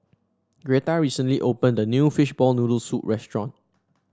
Gretta recently opened a new Fishball Noodle Soup restaurant